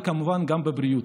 וכמובן גם בבריאות.